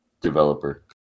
developer